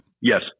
Yes